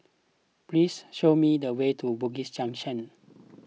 please show me the way to Bugis Junction